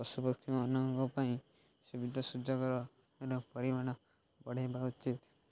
ପଶୁପକ୍ଷୀମାନଙ୍କ ପାଇଁ ସୁବିଧା ସୁଯୋଗର ପରିମାଣ ବଢ଼େଇବା ଉଚିତ୍